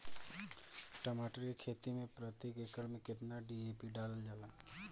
टमाटर के खेती मे प्रतेक एकड़ में केतना डी.ए.पी डालल जाला?